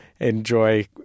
Enjoy